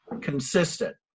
consistent